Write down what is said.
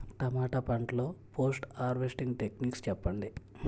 టమాటా పంట లొ post harvesting techniques చెప్పండి?